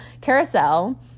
carousel